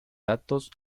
datos